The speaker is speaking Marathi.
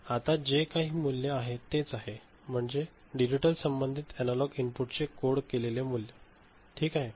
आणि आता जे काही मूल्य आहे तेच आहे ते म्हणजे डिजिटल संबंधित एनालॉग इनपुटचे कोड केलेले मूल्य ते ठीक आहे